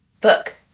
book